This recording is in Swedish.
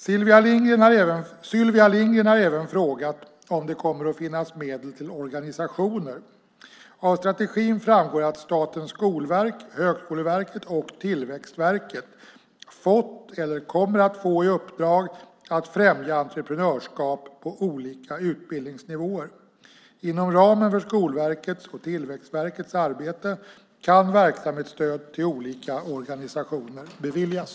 Sylvia Lindgren har även frågat om det kommer att finnas medel till organisationer. Av strategin framgår att Statens skolverk, Högskoleverket och Tillväxtverket fått eller kommer att få i uppdrag att främja entreprenörskap på olika utbildningsnivåer. Inom ramen för Skolverkets och Tillväxtverkets arbete kan verksamhetsstöd till olika organisationer beviljas.